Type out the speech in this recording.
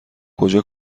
کجا